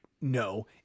no